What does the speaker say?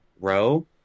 row